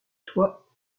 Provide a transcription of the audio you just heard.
toi